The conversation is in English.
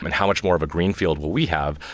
and how much more of a green field will we have?